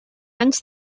anys